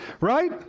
right